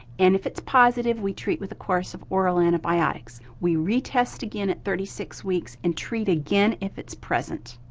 and if it's positive we treat with the course of oral antibiotics. we retest again at thirty six weeks, and treat again if it's present.